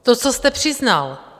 To, co jste přiznal.